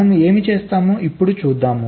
మనం ఏమి చేసామో ఇప్పుడు చూద్దాం